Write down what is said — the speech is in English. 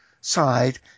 side